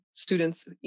students